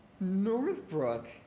Northbrook